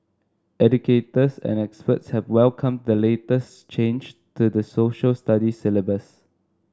educators and experts have welcomed the latest change to the Social Studies syllabus